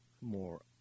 more